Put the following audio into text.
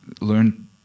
learn